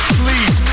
please